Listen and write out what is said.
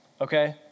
okay